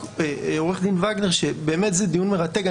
עורכת הדין וגנר, זה באמת דיון מרתק.